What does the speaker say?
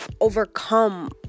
overcome